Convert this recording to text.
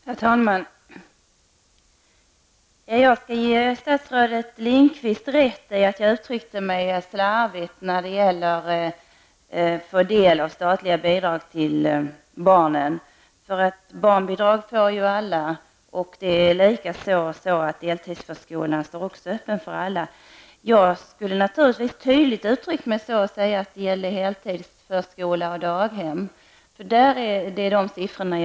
Herr talman! Jag skall ge statsrådet Lindqvist rätt i att jag uttryckte mig slarvigt när det gällde möjligheterna att få statliga bidrag för barnen. Alla får ju barnbidrag, och även heltidsförskolan är öppen för alla. Jag skulle naturligtvis ha uttryckt mig tydligare och sagt att det var heltidsförskola och daghem som åsyftades. Siffrorna avsåg dessa inrättningar.